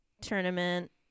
tournament